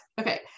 Okay